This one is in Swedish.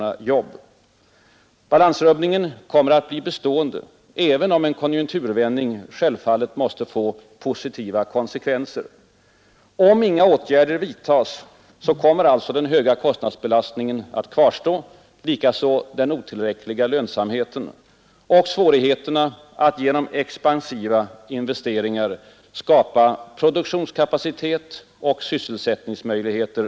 Den balansrubbning i den svenska samhällsekonomin som nu kommit till uttryck torde i stor utsträckning bli bestående, även om en konjunkturvändning jälvfallet måste få positiva konsekvenser. Om inga åtgärder vidtas består den höga kostnadsbelastningen på den svenska företagsamheten, liksom också den otillräckliga lönsamheten. Svår heterna att genom expansiva investeringar kapa produktionskapacitet och sysselsättningsmöjligheter kvarstår.